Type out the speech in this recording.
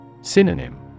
Synonym